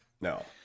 No